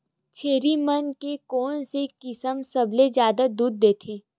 छेरी मन के कोन से किसम सबले जादा दूध देथे?